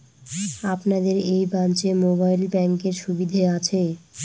আপনাদের এই ব্রাঞ্চে মোবাইল ব্যাংকের সুবিধে আছে?